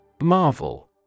Marvel